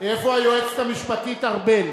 איפה היועצת המשפטית ארבל